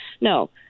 no